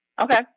Okay